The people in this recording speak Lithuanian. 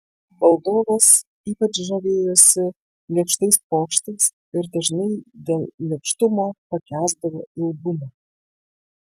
valdovas ypač žavėjosi lėkštais pokštais ir dažnai dėl lėkštumo pakęsdavo ilgumą